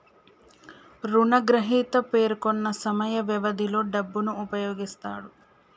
రుణగ్రహీత పేర్కొన్న సమయ వ్యవధిలో డబ్బును ఉపయోగిస్తాడు